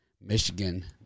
Michigan